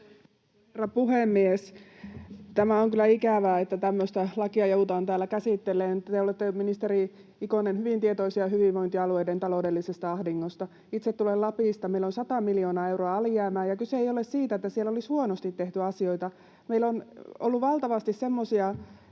puhemies! Tämä on kyllä ikävää, että tämmöistä lakia joudutaan täällä käsittelemään. Te olette, ministeri Ikonen, hyvin tietoisia hyvinvointialueiden taloudellisesta ahdingosta. Itse tulen Lapista. Meillä on sata miljoonaa euroa alijäämää, ja kyse ei ole siitä, että siellä olisi huonosti tehty asioita. Meillä on ollut valtavasti semmoisia